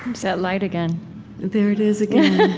that light again there it is again. it